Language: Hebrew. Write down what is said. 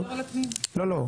לא, לא.